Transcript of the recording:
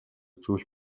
зүйл